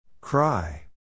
Cry